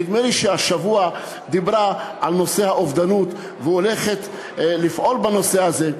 נדמה לי שהשבוע היא דיברה על נושא האובדנות והיא הולכת לפעול בנושא הזה.